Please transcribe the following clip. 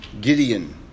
Gideon